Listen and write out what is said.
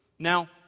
Now